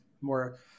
More